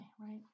right